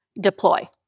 deploy